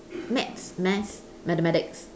maths mess mathematics